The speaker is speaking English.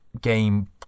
game